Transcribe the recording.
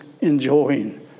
enjoying